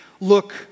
look